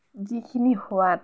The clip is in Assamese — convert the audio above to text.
যিখিনি সোৱাদ